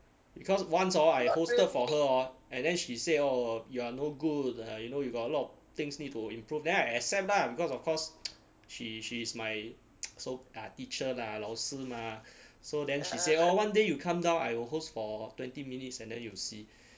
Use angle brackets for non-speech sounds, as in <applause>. because once orh I hosted for her orh and then she say oh you're no good err you know you got a lot of things need to improve then I accept lah because of course she she's my <noise> so ah teacher lah 老师 mah so then she said oh one day you come down I will host for twenty minutes and then you will see